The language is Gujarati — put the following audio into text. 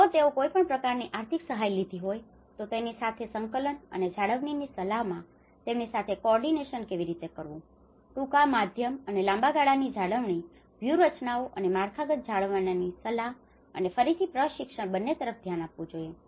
જો તેઓ કોઈપણ પ્રકારની આર્થિક સહાય લીધી હોય તો તેની સાથે સંકલન અને જાળવણીની સલાહમાં તેમની સાથે કોઓર્ડિનેશન coordination તાલમેલ કેવી રીતે કરવું તેથી ટૂંકામધ્યમ અને લાંબાગાળાની જાળવણી વ્યૂહરચનાઓ અને માળખાગત જાળવણી સલાહ અને ફરીથી પ્રશિક્ષણ બંને તરફ ધ્યાન આપવું જોઈએ